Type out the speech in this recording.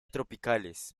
tropicales